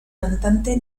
cantante